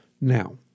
Now